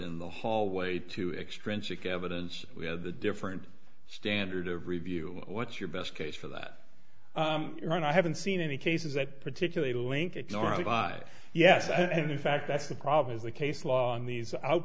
in the hallway two extra inch of evidence we had the different standard of review what's your best case for that and i haven't seen any cases that particularly link it normally by yes and in fact that's the problem is the case law on these out